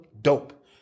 dope